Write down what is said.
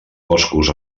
boscos